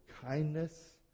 kindness